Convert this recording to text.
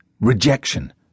rejection